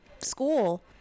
school